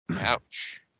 Ouch